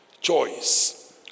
Choice